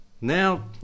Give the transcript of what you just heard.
Now